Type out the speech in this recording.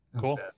Cool